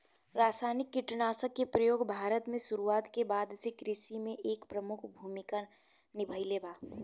रासायनिक कीटनाशक के प्रयोग भारत में शुरुआत के बाद से कृषि में एक प्रमुख भूमिका निभाइले बा